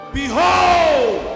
behold